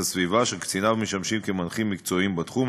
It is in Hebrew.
הסביבה שקציניו משמשים מנחים מקצועיים בתחום.